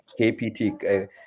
KPT